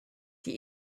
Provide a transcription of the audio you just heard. die